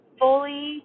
fully